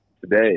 today